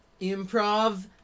Improv